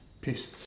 Peace